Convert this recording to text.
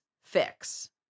fix